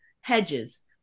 hedges